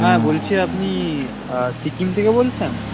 হ্যাঁ বলছি আপনি সিকিম থেকে বলছেন